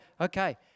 okay